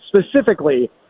specifically